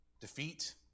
Defeat